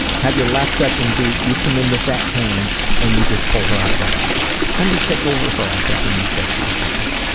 have your last session be you come in with that cane and you just pull her out of her office. then you take over her office and you start seeing and people.